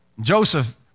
Joseph